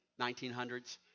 1900s